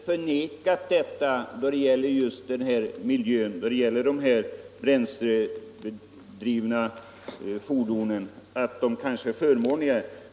Herr talman! Jag har inte förnekat att de brännoljedrivna fordonen kanske är bättre ur miljösynpunkt.